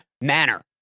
manner